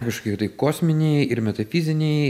kažkokie tai kosminiai ir metafiziniai